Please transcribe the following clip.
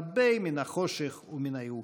הרבה מן החושך ומן הייאוש.